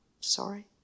Sorry